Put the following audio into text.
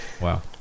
Wow